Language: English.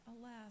Alas